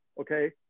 okay